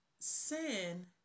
Sin